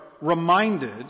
reminded